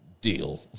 Deal